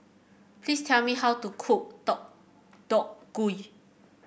please tell me how to cook Deodeok Gui